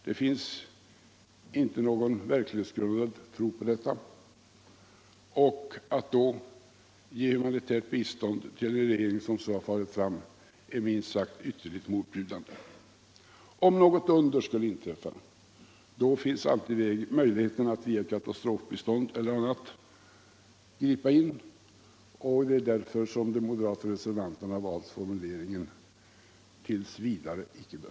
Det finns inte någon verklighetsgrundad tro på detta. Att då ge humanitärt bistånd till en regering som farit fram på detta sätt är minst sagt ytterligt motbjudande. Om något under skulle inträffa, finns alltid möjligheten att ge katastrofbistånd eller att gripa in på annat sätt, och det är därför som de moderata reservanterna har valt formuleringen ”tills vidare ej bör förekomma”.